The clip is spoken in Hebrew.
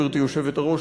גברתי היושבת-ראש,